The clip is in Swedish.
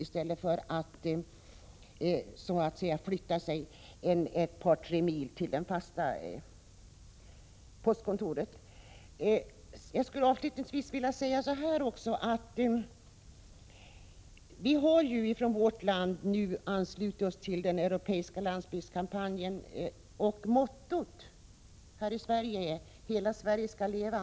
Jag skulle avslutningsvis vilja säga att vi i vårt land nu har anslutit oss till den europeiska landsbygdskampanjen, och vårt motto är ”Hela Sverige skall leva”.